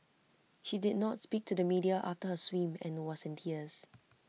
she did not speak to the media after her swim and was in tears